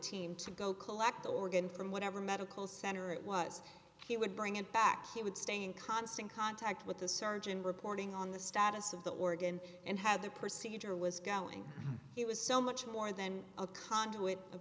team to go collect the organ from whatever medical center it was he would bring it back he would stay in constant contact with the surgeon reporting on the status of the organ and had the procedure was going he was so much more than a conduit of